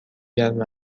گرم